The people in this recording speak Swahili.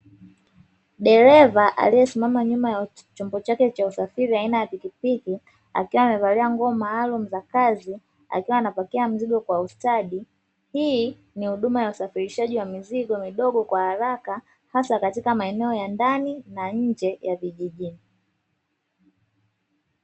Dereva aliyesimama nyuma ya chombo chake cha usafiri aina ya pikipiki akiwa amevalia nguo maalumu za kazi akiwa anapakia mzigo kwa ustadi. Hii ni huduma ya usafirishaji wa mizigo midogo kwa haraka hasa katika maeneo ya ndani na nje ya vijijini.